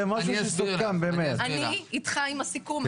עם הסיכום.